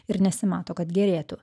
ir nesimato kad gerėtų